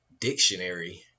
dictionary